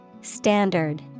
Standard